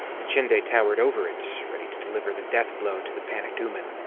tichinde ah towered over it, ready to deliver the death blow to the panicked ooman.